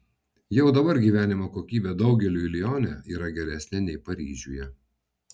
jau dabar gyvenimo kokybė daugeliui lione yra geresnė nei paryžiuje